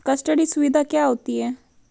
Custody सुविधा क्या होती है?